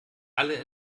alle